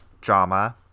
drama